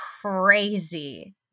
crazy